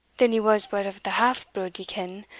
then he was but of the half blude, ye ken,